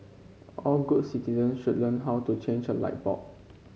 all good citizen should learn how to change a light bulb